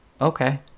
okay